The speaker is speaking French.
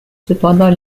cependant